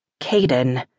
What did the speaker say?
Caden